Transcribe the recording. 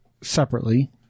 separately